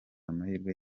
amahirwe